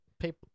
People